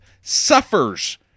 suffers